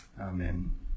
Amen